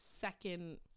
second